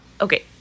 Okay